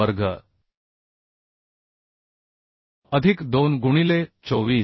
5 वर्ग अधिक 2 गुणिले 24